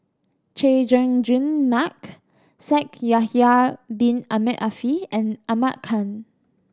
Chay Jung Jun Mark Shaikh Yahya Bin Ahmed Afifi and Ahmad Khan